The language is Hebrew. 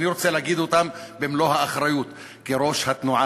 אני רוצה להגיד אותם במלוא האחריות כראש התנועה